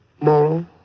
moral